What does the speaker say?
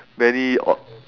many au~